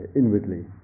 inwardly